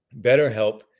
BetterHelp